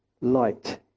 light